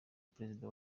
perezida